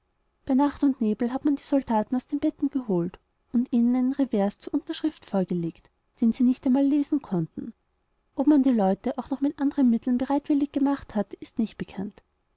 bei nacht und nebel hat man die soldaten aus den betten geholt und ihnen einen revers zur unterschrift vorgelegt den sie nicht einmal lesen konnten ob man die leute auch noch mit anderen mitteln bereitwillig gemacht hat ist nicht bekannt